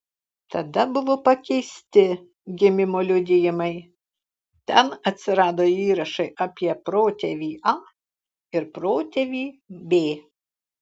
tada buvo pakeisti gimimo liudijimai ten atsirado įrašai apie protėvį a ir protėvį b